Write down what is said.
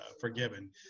forgiven